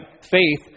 Faith